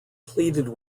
pleaded